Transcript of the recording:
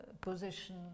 position